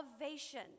elevation